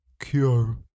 Cure